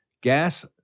gas